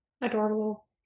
Adorable